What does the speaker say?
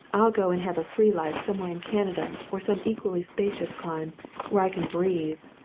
i'll go and have a free life somewhere in canada or some equally spacious clime where can breathe.